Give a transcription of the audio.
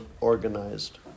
organized